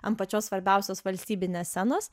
ant pačios svarbiausios valstybinės scenos